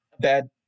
bad